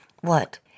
What